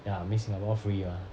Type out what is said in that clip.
ya means singapore free mah